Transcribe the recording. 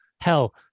Hell